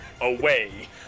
away